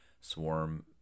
swarm